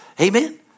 Amen